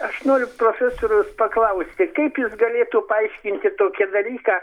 aš noriu profesoriau paklausti kaip jis galėtų paaiškinti tokį dalyką